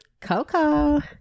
Coco